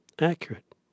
accurate